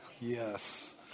Yes